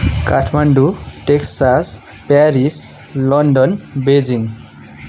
Kathmandu Texas Paris London Beijing